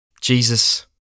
Jesus